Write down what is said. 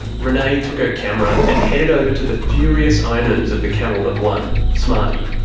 renay took her camera, and headed over to the furious owners of the camel that won, smarty.